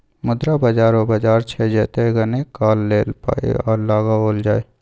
मुद्रा बाजार ओ बाजार छै जतय कनेक काल लेल पाय लगाओल जाय